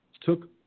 took